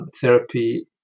therapy